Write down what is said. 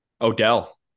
Odell